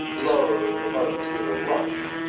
lowering the boats with a rush,